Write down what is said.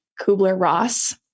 Kubler-Ross